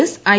S I